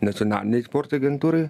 nacionalinei sporto agentūrai